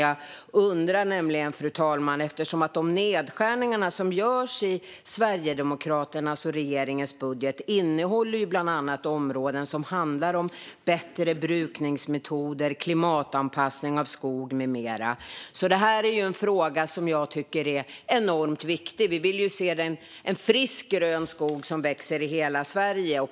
Jag undrar eftersom nedskärningarna i Sverigedemokraternas och regeringens budget görs på bland annat bättre brukningsmetoder, klimatanpassning av skog med mera. Det här är viktigt, för vi vill ju se en frisk och grön skog i hela Sverige.